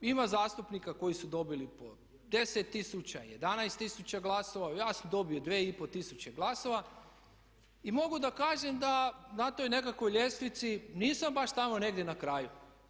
Ima zastupnika koji su dobili po 10 tisuća, 11 tisuća glasova, ja sam dobio 2,5 tisuće glasova i mogu da kažem da na toj nekakvoj ljestvici nisam baš tamo negdje na kraju.